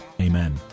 Amen